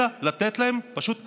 אלא לתת להם פשוט אבטלה,